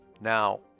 Now